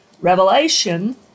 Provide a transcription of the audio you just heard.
Revelation